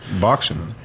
Boxing